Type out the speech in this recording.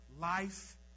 life